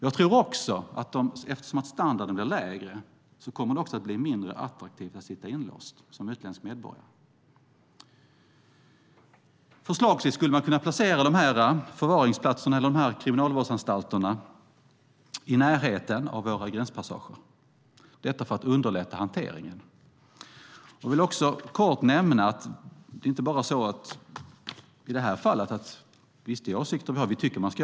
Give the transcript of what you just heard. Jag tror också att eftersom standarden blir lägre kommer det att bli mindre attraktivt att sitta inlåst som utländsk medborgare. Förslagsvis skulle man kunna placera de här förvaringsplatserna eller kriminalvårdsanstalterna i närheten av våra gränspassager - detta för att underlätta hanteringen. Jag vill också kort nämna att detta inte är något som vi är ensamma om att tycka.